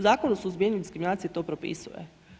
Zakon o suzbijanju diskriminacije to propisuje.